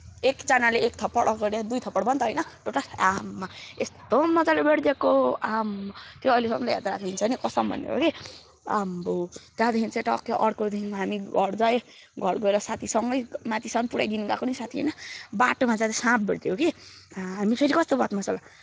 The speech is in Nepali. एकजनाले एक थप्पड अगाडि नै दुई थप्पड भयो नि त होइन टोटल आम्मै हो यस्तो मज्जाले भेटिदिएको आम्मै हो त्यो अहिलेसम्म याद राखिन्छ नि हौ के कसम भनेको के आम्मै हो त्यहाँदेखि चाहिँ टक्कै अर्को दिन हामी घर गयो घर गएर साथीसँगै माथिसम्म पुऱ्याइदिनु गएको नि साथी होइन बाटोमा जाँदा साँप भेटिदिएको कि हामी फेरि कस्तो बदमास होला